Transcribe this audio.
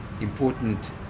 important